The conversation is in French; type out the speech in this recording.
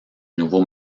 nouveaux